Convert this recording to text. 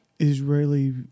Israeli